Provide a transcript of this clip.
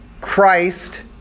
Christ